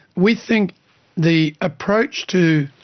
we think the approach to